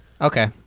Okay